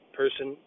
person